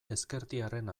ezkertiarren